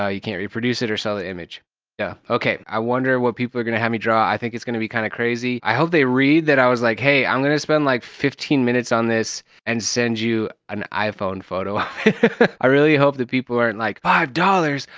you can't reproduce it or sell the image. yeah, okay. i wonder what people are gonna have me draw. i think it's gonna be kind of crazy. i hope they read that i was like hey, i'm gonna spend like fifteen minutes on this and send you an iphone photo. laughs i really hope that people aren't like five dollars!